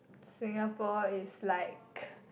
Singapore is like